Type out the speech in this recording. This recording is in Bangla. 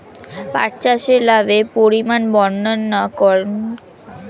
পাঠ চাষের লাভের পরিমান বর্ননা করুন?